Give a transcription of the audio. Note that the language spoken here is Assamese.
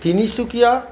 তিনিচুকীয়া